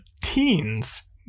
teens